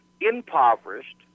impoverished